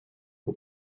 who